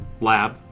lab